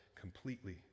completely